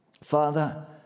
Father